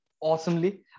awesomely